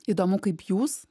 įdomu kaip jūs